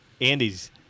Andy's